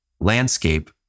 landscape